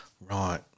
Right